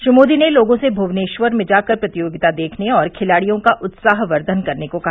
श्री मोदी ने लोगों से भुवनेश्वर में जाकर प्रतियोगिता देखने और खिलाड़ियों का उत्साहवर्द्यन करने को कहा